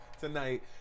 tonight